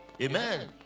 Amen